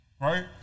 right